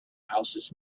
houses